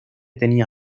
tenía